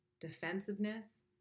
defensiveness